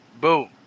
Boom